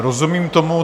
Rozumím tomu.